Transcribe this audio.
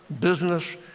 business